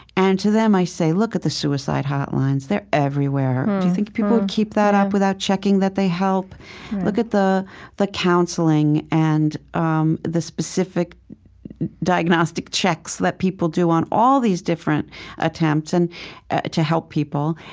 and to them, i say, look at the suicide hotlines. they're everywhere. do you think people would keep that up without checking that they help? right look at the the counseling, and um the specific diagnostic checks that people do on all these different attempts and ah to help people.